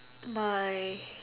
my